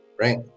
Right